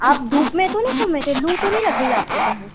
आप धूप में तो नी घूमे थे लू तो नहीं लग गई आपको कहीं